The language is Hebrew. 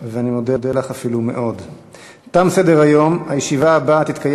להחזרת שלושת הנערים הביתה, אתם יושבים ומטיפים